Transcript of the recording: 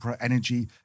energy